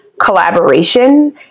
collaboration